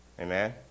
Amen